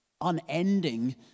unending